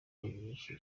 nyinshi